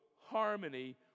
harmony